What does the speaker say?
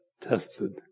tested